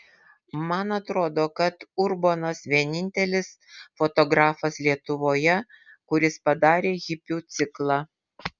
man atrodo kad urbonas vienintelis fotografas lietuvoje kuris padarė hipių ciklą